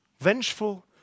Vengeful